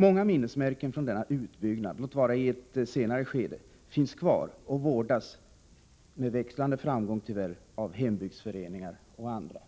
Många minnesmärken från denna utbyggnad, låt vara i ett senare skede, finns kvar och vårdas — med växlande framgång, tyvärr — av hembygdsföreningar och andra.